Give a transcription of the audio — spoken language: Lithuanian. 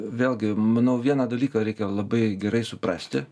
vėlgi manau vieną dalyką reikia labai gerai suprasti